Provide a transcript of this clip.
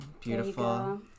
beautiful